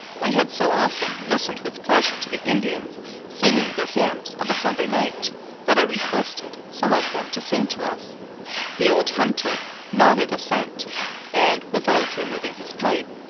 we had so often listened with pleasure to the indians singing their hymns of a sunday night that i requested some of them to sing to us the old hunter nodded assent and, without removing his pipe,